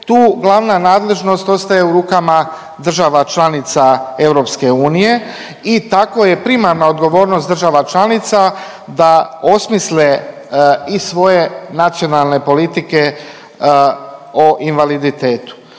tu glavna nadležnost ostaje u rukama država članica EU i tako je primarna odgovornost država članica da osmisle i svoje nacionalne politike o invaliditetu.